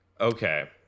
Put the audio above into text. Okay